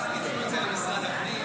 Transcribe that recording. ואז העבירו את זה למשרד הפנים.